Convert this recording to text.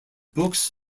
books